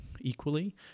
equally